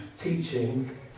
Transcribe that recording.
teaching